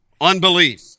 unbelief